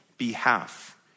Behalf